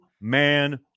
man